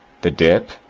the dip,